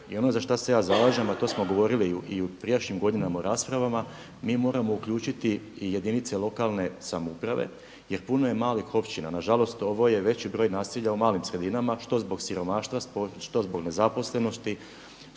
i ono za šta se ja zalažem, a to smo govorili i u prijašnjim godinama u raspravama mi moramo uključiti i jedinice lokalne samouprave jer puno je malih općina. Na žalost ovo je veći broj nasilja u malim sredinama što zbog siromaštva, što zbog nezaposlenosti,